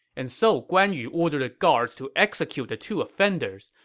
and so guan yu ordered the guards to execute the two offenders,